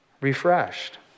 Refreshed